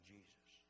Jesus